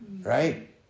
right